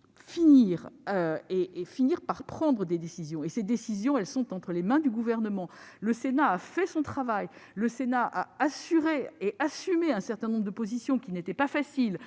nous puissions finir par prendre des décisions, mais ces décisions sont à présent entre les mains du Gouvernement ! Le Sénat a fait son travail, le Sénat a assumé un certain nombre de positions qui n'étaient pas faciles